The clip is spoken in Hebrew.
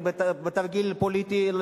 בתרגיל פוליטי,